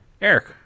eric